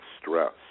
stress